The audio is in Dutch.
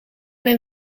mijn